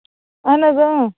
اَہَن حظ